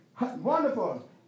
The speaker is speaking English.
Wonderful